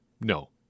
No